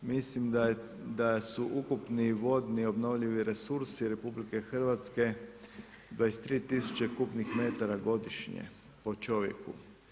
Mislim da su ukupni vodni obnovljivi resursi RH, 23000 kubnih metara godišnje, po čovjeku.